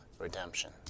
redemption